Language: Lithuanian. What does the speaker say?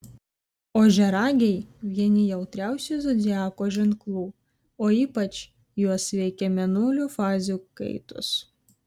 ožiaragiai vieni jautriausių zodiako ženklų o ypač juos veikia mėnulio fazių kaitos